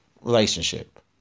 relationship